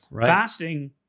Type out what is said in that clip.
fasting